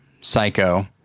Psycho